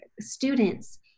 students